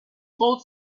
told